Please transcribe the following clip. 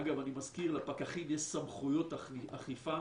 אגב, אני מזכיר, לפקחים יש סמכויות אכיפה